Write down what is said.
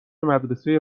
مدرسه